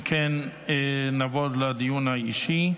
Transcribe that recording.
אם כן, נעבור לדיון האישי.